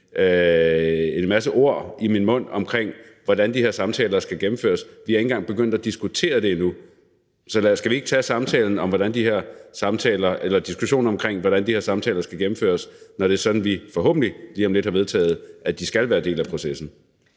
en masse ord i min mund om, hvordan de her samtaler skal gennemføres. Vi er ikke engang begyndt at diskutere det endnu. Så skal vi ikke tage diskussionen om, hvordan de her samtaler skal gennemføres, når det er sådan, at vi forhåbentlig lige om lidt har vedtaget, at de skal være en del af processen?